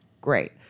Great